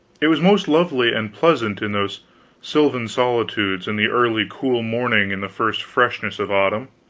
it was most lovely and pleasant in those sylvan solitudes in the early cool morning in the first freshness of autumn.